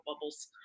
bubbles